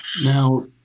Now